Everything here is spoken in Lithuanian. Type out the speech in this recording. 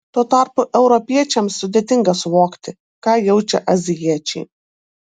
tuo tarpu europiečiams sudėtinga suvokti ką jaučia azijiečiai